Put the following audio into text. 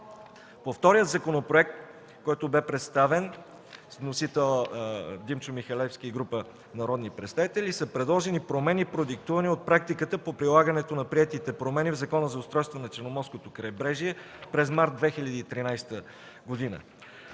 По втория законопроект, който бе представен, с вносител Димчо Михалевски и група народни представители, са предложени промени, продиктувани от практиката по прилагането на приетите промени в Закона за устройство на Черноморското крайбрежие през месец март 2013 г.